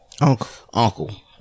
Uncle